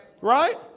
right